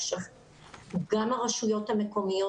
גם הרשויות המקומיות,